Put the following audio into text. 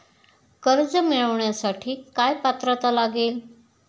कर्ज मिळवण्यासाठी काय पात्रता लागेल?